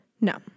No